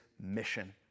mission